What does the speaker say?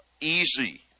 easy